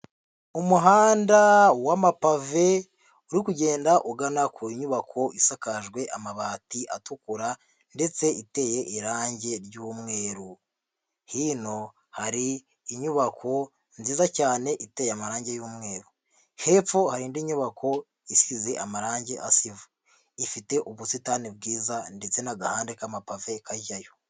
Umuhanda w'amapave uri kugenda ugana ku nyubako isakajwe amabati atukura ndetse iteye irangi ry'umweru, hino hari inyubako nziza cyane iteye amarange y'umweru, hepfo hari indi nyubako isize amarangi asa ivu, ifite ubusitani bwiza ndetse n'agahande k'amapave kajyayo.